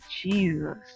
Jesus